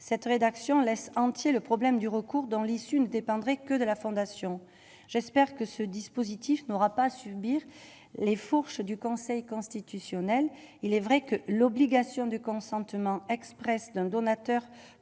cette rédaction laisse entier le problème du recours dont l'issue ne dépendrait que de la fondation, j'espère que ce dispositif n'aura pas à subir les fourches du Conseil constitutionnel, il est vrai que l'obligation de consentement Express d'un donateur